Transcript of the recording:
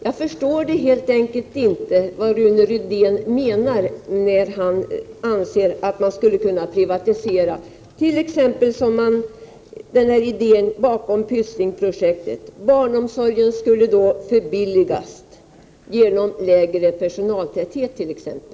Jag förstår helt enkelt inte vad Rune Rydén menar, när han hävdar att man skulle kunna privatisera exempelvis på det sätt som man gjort i fråga om Pysslingenprojektet. Barnomsorgen skulle då förbilligas bl.a. genom lägre personaltäthet, anser man.